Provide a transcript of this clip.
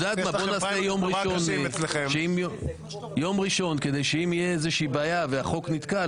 בואו נעשה יום ראשון כדי שאם תהיה איזושהי בעיה והחוק נתקע,